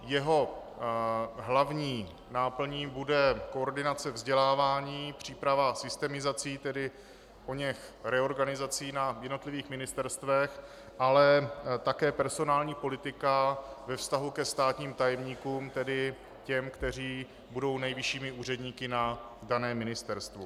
Jeho hlavní náplní bude koordinace vzdělávání, příprava a systemizace oněch reorganizací na jednotlivých ministerstvech, ale také personální politika ve vztahu ke státním tajemníkům, tedy k těm, kteří budou nejvyššími úředníky na daném ministerstvu.